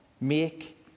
Make